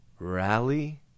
rally